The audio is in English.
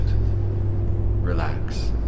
relax